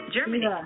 Germany